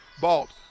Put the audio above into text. Balt